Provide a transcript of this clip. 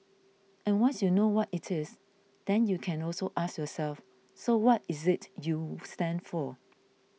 and once you know what it is then you can also ask yourself so what is it you stand for